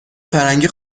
فرنگی